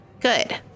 good